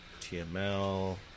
TML